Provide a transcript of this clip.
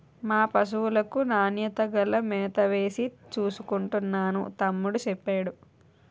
మా పశువులకు నాణ్యత గల మేతవేసి చూసుకుంటున్నాను తమ్ముడూ సెప్పేడు